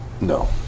No